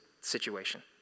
situation